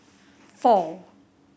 four